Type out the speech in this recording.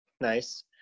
nice